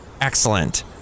excellent